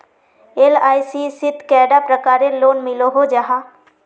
LIC शित कैडा प्रकारेर लोन मिलोहो जाहा?